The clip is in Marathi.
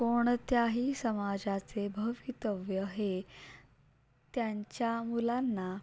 कोणत्याही समाजाचे भवितव्य हे त्यांच्या मुलांना